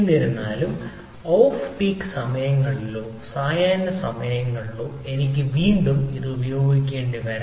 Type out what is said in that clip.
എന്നിരുന്നാലും off peak സമയങ്ങളിലോ സായാഹ്ന സമയങ്ങളിലോ എനിക്ക് വീണ്ടും ഉപയോഗിക്കേണ്ടിവരാം